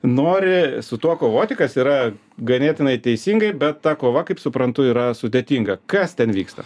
nori su tuo kovoti kas yra ganėtinai teisingai bet ta kova kaip suprantu yra sudėtinga kas ten vyksta